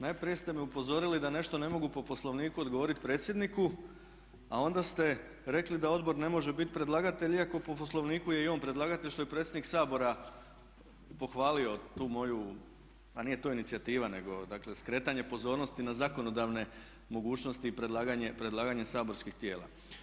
Najprije ste me upozorili da nešto ne mogu po Poslovniku odgovorit predsjedniku, a onda ste rekli da odbor ne može bit predlagatelj, iako po Poslovniku je i on predlagatelj što je predsjednik Sabora pohvalio tu moju a nije to inicijativa, nego dakle skretanje pozornosti na zakonodavne mogućnosti i predlaganje saborskih tijela.